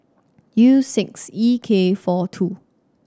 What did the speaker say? U six E K four two